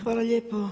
Hvala lijepo.